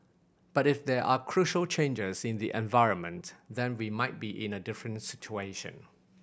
but if there are crucial changes in the environment then we might be in a different situation